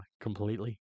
completely